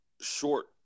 short